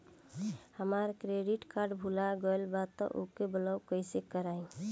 हमार credit card भुला गएल बा त ओके ब्लॉक कइसे करवाई?